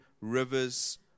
rivers